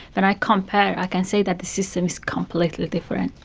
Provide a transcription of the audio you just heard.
and i compare i can say that the system is completely different.